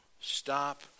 Stop